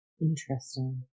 Interesting